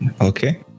Okay